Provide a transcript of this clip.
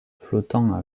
flottant